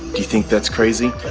you think that's crazy?